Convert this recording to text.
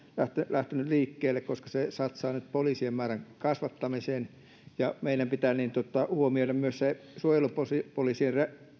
lähtenyt liikkeelle koska se satsaa nyt poliisien määrän kasvattamiseen meidän pitää huomioida myös suojelupoliisin